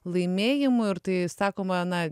laimėjimu ir tai sakoma na